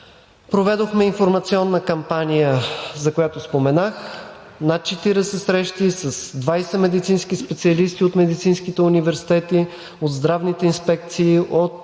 Проведохме информационна кампания, за която споменах – на 40 срещи с 20 медицински специалисти от медицинските университети, от здравните инспекции, от